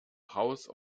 house